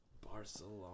Barcelona